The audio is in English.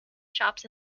shops